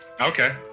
okay